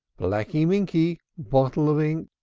blacky minky, bottle of ink!